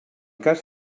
cas